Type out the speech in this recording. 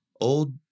old